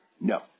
no